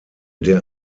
der